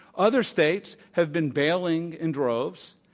other states have been bailing in droves,